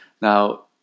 Now